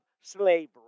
slavery